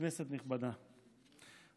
כנסת נכבדה,